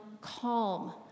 calm